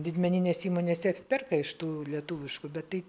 didmeninės įmonės jie ir perka iš tų lietuviškų bet tai